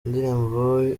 indirimbo